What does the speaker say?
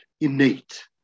innate